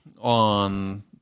on